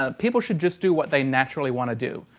ah people should just do what they naturally want to do.